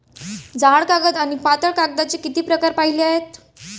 जाड कागद आणि पातळ कागदाचे किती प्रकार पाहिले आहेत?